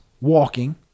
walking